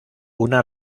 una